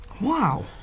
Wow